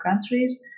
countries